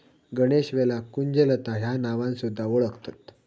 गणेशवेलाक कुंजलता ह्या नावान सुध्दा वोळखतत